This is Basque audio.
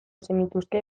zenituzke